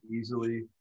easily